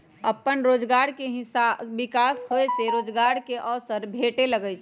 अप्पन रोजगार के विकास होय से रोजगार के अवसर भेटे लगैइ छै